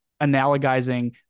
analogizing